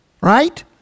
Right